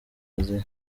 aziya